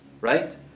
right